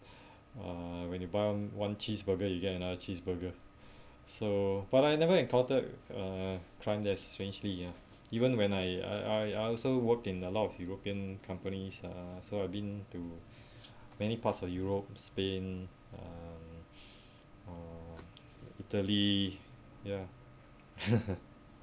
uh when you buy one cheeseburger you get another cheeseburger so but I never encountered uh strangely uh even when I I I also work in a lot of european companies uh so I've been to many parts of uh europe spain um um italy ya